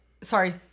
Sorry